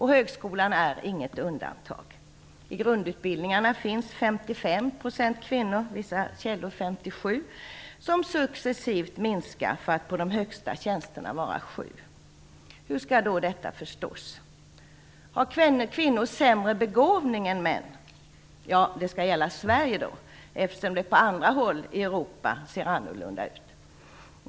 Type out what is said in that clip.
Högskolan är inget undantag. I grundutbildningarna finns det 55 % kvinnor, enligt vissa källor 57 %- en siffra som successivt minskar för att beträffande de högsta tjänsterna vara 7 %. Hur skall då detta förstås? Har kvinnor sämre begåvning än män? Detta gäller i Sverige, eftersom det på andra håll i Europa ser annorlunda ut.